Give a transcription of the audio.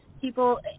people